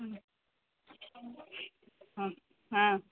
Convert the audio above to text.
ಹ್ಞೂ ಹ್ಞೂ ಹಾಂ